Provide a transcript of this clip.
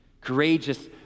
courageous